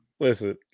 Listen